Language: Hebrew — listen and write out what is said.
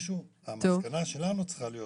המסקנה שלנו צריכה להיות